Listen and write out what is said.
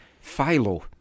Philo